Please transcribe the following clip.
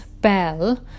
Bell